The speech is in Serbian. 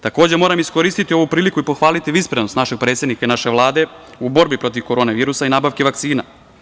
Takođe, moram iskoristiti ovu priliku i pohvaliti visprenost našeg predsednika i naše Vlade u borbi protiv korona virusa i nabavke vakcina.